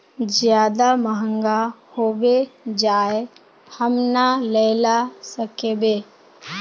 ज्यादा महंगा होबे जाए हम ना लेला सकेबे?